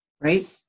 right